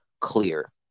Clear